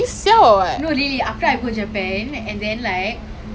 I went to japan like two years ago I literally love it ah